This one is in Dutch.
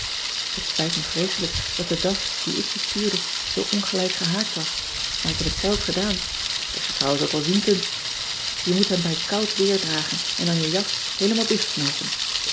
et spijt me vreeselijk dat de das die ik je stuurde ean ebster adertje angbeen zoo ongelijk gehaakt was maar ik heb het zelf gedaan zooals je trouwens ook wel zien kunt e moet hem bij koud weer dragen en dan je jas